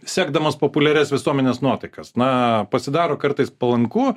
sekdamas populiarias visuomenės nuotaikas na pasidaro kartais palanku